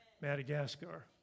Madagascar